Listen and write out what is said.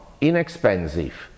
inexpensive